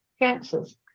cancers